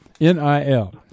NIL